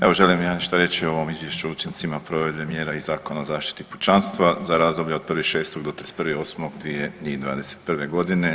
Evo želim ja nešto reći o ovom izvješću o učincima provedbe mjera iz Zakona o zaštiti pučanstva za razdoblje od 1.6. do 31.8.2021. godine.